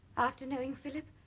after knowing philip